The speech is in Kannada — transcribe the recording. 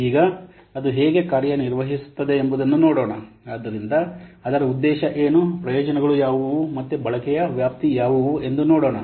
ಈಗ ಅದು ಹೇಗೆ ಕಾರ್ಯನಿರ್ವಹಿಸುತ್ತದೆ ಎಂಬುದನ್ನು ನೋಡೋಣ ಆದ್ದರಿಂದ ಅದರ ಉದ್ದೇಶ ಏನು ಪ್ರಯೋಜನಗಳು ಯಾವುವು ಮತ್ತು ಬಳಕೆಯ ವ್ಯಾಪ್ತಿ ಯಾವುವು ಎಂದು ನೋಡೋಣ